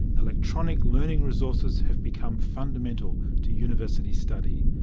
electronic learning resources have become fundamental to university study.